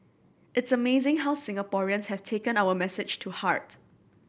it's amazing how Singaporeans have taken our message to heart